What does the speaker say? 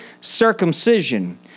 circumcision